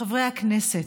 חברי הכנסת,